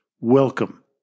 welcome